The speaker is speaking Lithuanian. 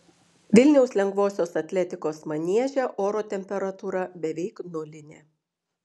vilniaus lengvosios atletikos manieže oro temperatūra beveik nulinė